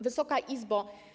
Wysoka Izbo!